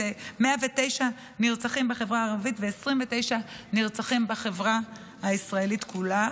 109 נרצחים בחברה הערבית ו-29 נרצחים בחברה הישראלית כולה.